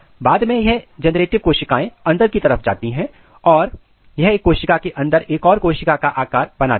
बाद में यह जेनरेटिव कोशिकाएं अंदर की तरफ जाती हैं और यह एक कोशिका के अंदर एक और कोशिका का आकार बनाती हैं